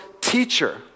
teacher